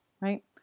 right